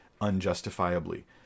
unjustifiably